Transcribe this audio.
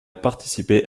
participé